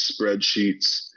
spreadsheets